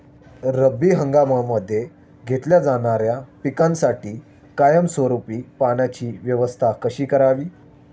रब्बी हंगामामध्ये घेतल्या जाणाऱ्या पिकांसाठी कायमस्वरूपी पाण्याची व्यवस्था कशी करावी?